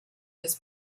his